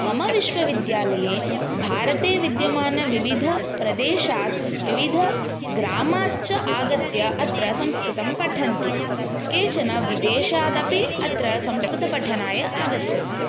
मम विश्वविद्यालये भारते विद्यमानविविधप्रदेशात् विविधग्रामात् च आगत्य अत्र संस्कृतं पठन्ति केचन विदेशादपि अत्र संस्कृतपठनाय आगच्छन्ति